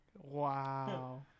Wow